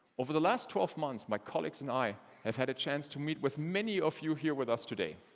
over the last twelve months, my colleagues and i have had a chance to meet with many of you here with us today.